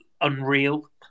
unreal